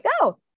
go